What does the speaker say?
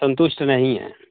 संतुष्ट नहीं हैं